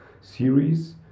series